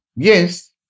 Yes